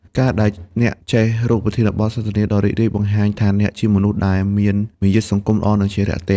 ការដែលអ្នកចេះរកប្រធានបទសន្ទនាដ៏រីករាយ បង្ហាញថាអ្នកជាមនុស្សដែលមានមារយាទសង្គមល្អ និងចេះរាក់ទាក់។